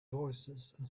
voicesand